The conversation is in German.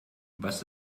was